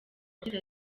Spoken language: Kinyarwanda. yagize